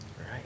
Right